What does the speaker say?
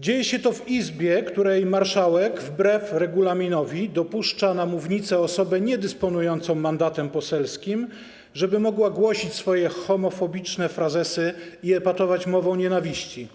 Dzieje się to w Izbie, w której marszałek wbrew regulaminowi dopuszcza na mównicę osobę niedysponującą mandatem poselskim, żeby mogła głosić swoje homofobiczne frazesy i epatować mową nienawiści,